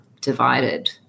divided